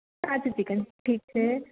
કાચું ચિકન ઠીક છે